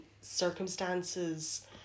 circumstances